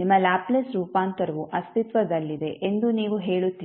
ನಿಮ್ಮ ಲ್ಯಾಪ್ಲೇಸ್ ರೂಪಾಂತರವು ಅಸ್ತಿತ್ವದಲ್ಲಿದೆ ಎಂದು ನೀವು ಹೇಳುತ್ತೀರಿ